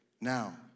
Now